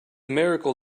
miracle